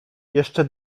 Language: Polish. jeszcze